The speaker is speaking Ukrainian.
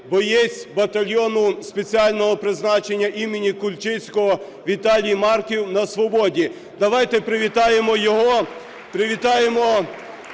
боєць батальйону спеціального призначення імені Кульчицького Віталій Марків на свободі. Давайте привітаємо його,